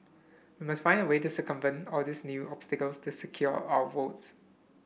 we must find a way to circumvent all these new obstacles this secure are our votes